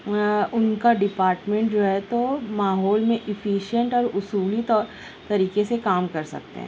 اُن کا ڈپارٹمنٹ جو ہے تو ماحول میں افیشینٹ اور اصولی تو طریقے سے کام کر سکتے ہیں